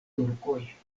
turkoj